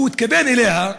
שהוא התכוון אליה,